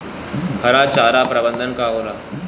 हरा चारा प्रबंधन का होला?